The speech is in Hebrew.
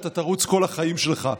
אתה תרוץ כל החיים שלך.